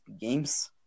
games